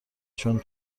چون